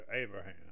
abraham